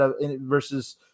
versus